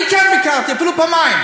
אני כן ביקרתי, אפילו פעמיים.